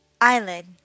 eyelid